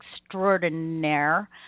extraordinaire